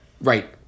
Right